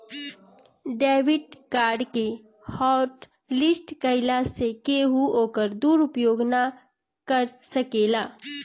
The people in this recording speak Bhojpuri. डेबिट कार्ड के हॉटलिस्ट कईला से केहू ओकर दुरूपयोग ना कर सकेला